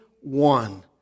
one